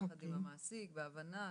ביחד עם המעסיק בהבנה.